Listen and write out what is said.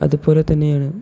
അതുപോലെ തന്നെയാണ്